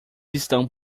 estão